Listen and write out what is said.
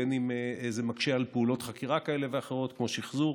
בין אם זה מקשה על פעולות חקירה כאלה ואחרות כמו שחזור